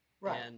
Right